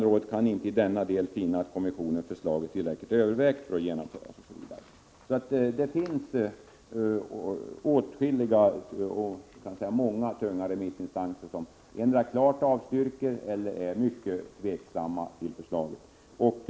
BRÅ kan inte i denna del finna att kommissionens förslag är tillräckligt övervägt för att genomföras ———". Det finns således åtskilliga tunga remissinstanser som endera klart avstyrker eller är mycket tveksamma till förslaget.